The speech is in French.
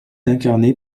incarné